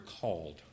called